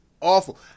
Awful